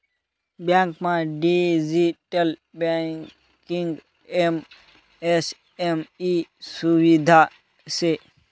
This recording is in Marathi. बँकमा डिजिटल बँकिंग एम.एस.एम ई सुविधा शे